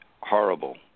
horrible